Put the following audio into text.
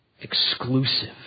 exclusive